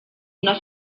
una